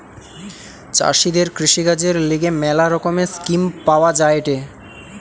চাষীদের কৃষিকাজের লিগে ম্যালা রকমের স্কিম পাওয়া যায়েটে